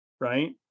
Right